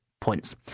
points